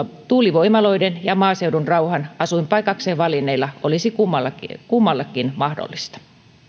tuulivoimaloiden ja maaseudun rauhan asuinpaikakseen valinneiden välillä olisi kummallekin mahdollista